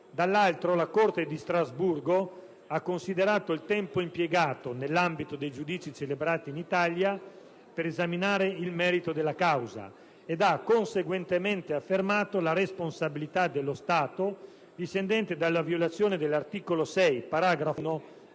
dall'altro la Corte di Strasburgo ha considerato il tempo impiegato, nell'ambito dei giudizi celebrati in Italia, per esaminare il merito della causa ed ha conseguentemente affermato la responsabilità dello Stato discendente dalla violazione dell'articolo 6, paragrafo 1,